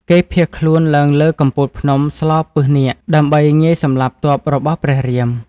គេភៀសខ្លួនឡើងលើកំពូលភ្នំស្លពិសនាគ ដើម្បីងាយសម្លាប់ទ័ពរបស់ព្រះរាម។